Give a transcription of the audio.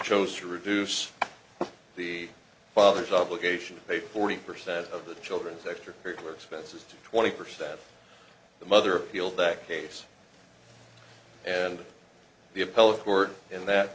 chose to reduce the father's obligation to pay forty percent of the children's extracurricular expenses to twenty percent of the mother feel that case and the